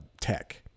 tech